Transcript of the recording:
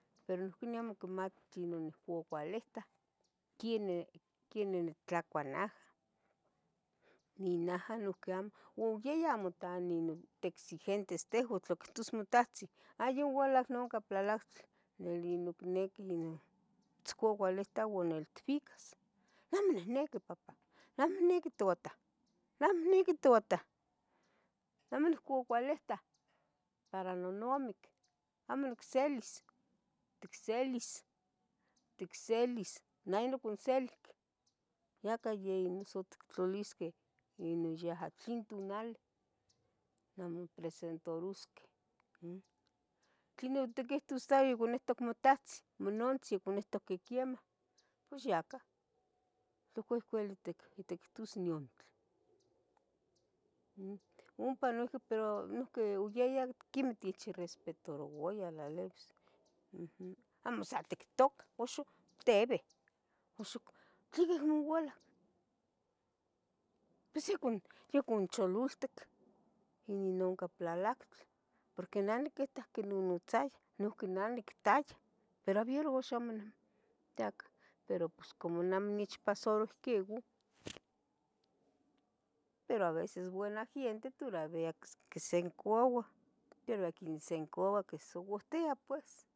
pero noiqui neh amo quimati tla ohcon cualitah, quenih, quienih nitlacua naha, ninaha noiqui amo u yeh iamono tan nino texigentres tehua tla quitos motahtzin a youala nocah plalactli nili nocniqui non, mitzcualita ua niqui mitzbicas, ¡neh amo niniqui papan! ¡neh amo niqui toutah! ¡neh amo niqui toutah! neh amo nocualita para nonamic amo nicselis, ¡tic selis! ¡tic selis! neh yoticonselic yaca yeh ino noso tictlalisqueh ino yaha tlen tonali namopresentarusqueh umm, tlenoh tiquihtus sa yoconihtoc motahtzi, monantzin oconihtohque que quemah pos ya cah tlacuicuelitac itiquitos dion tlen, umm. ompa noiqui pero noiqui oyayah quemah otich respetarouayah lalibis, umm, amo sa tictoca uxu tebe uxu tleca acmo uala, pos yocon yoconchololtic inin nonca plalacatl, porque neh oniquitac quinonotzayah noiqui neh nictaya pero abier axan monotiaca, pero pos como neh amo nechpasaro ihquiu, pero a veces buena gente toravia icsincuauah, toravia icsincuauah quisiuautia pues